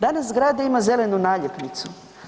Danas zgrada ima zelenu naljepnicu.